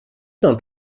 not